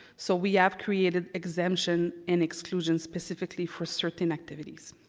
so we have created exemption and exclusions specifically for certain activities.